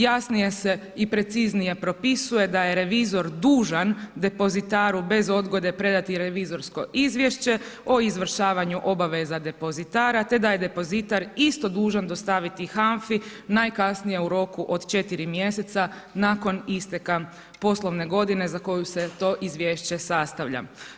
Jasnije se i preciznije propisuje da je revizor dužan depozitaru bez odgode predati revizorsko izvješće o izvršavanju obaveza depozitara te da je depozitar isto dužan dostaviti HANFA-i najkasnije u roku od 4 mj. nakon isteka poslovne godine za koju ste to izvješće sastavlja.